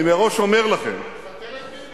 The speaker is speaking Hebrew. אני מראש אומר לכם, תפטר את ביבי.